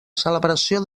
celebració